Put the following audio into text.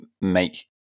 make